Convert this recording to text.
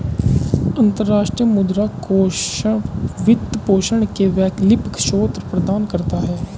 अंतर्राष्ट्रीय मुद्रा कोष वित्त पोषण के वैकल्पिक स्रोत प्रदान करता है